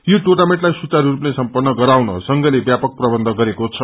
यो टुनमिन्टलाई सुचारू रूपते सम्पन्न गराउन संघले व्यापक प्रबन्ध गरेको छ